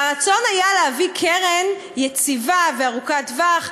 והרצון היה להביא קרן יציבה וארוכת טווח,